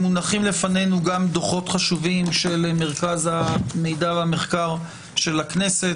מונחים לפנינו גם דוחות חשובים של מרכז המידע והמחקר של הכנסת,